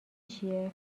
چیه